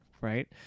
right